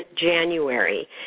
January